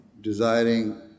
desiring